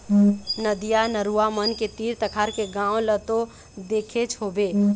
नदिया, नरूवा मन के तीर तखार के गाँव ल तो देखेच होबे